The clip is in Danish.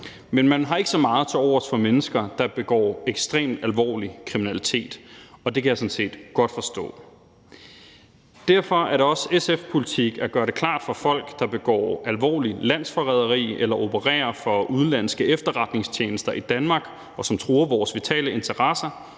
men man har ikke så meget tilovers for mennesker, der begår ekstremt alvorlig kriminalitet, og det kan jeg sådan set godt forstå. Derfor er det også SF's politik at gøre det klart for folk, der begår alvorlig landsforræderi eller opererer for udenlandske efterretningstjenester i Danmark, og som truer vores vitale interesser,